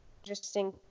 Interesting